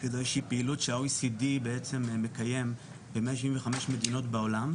איזושהי פעילות שה-OECD מקיים ב-175 מדינות בעולם.